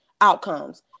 outcomes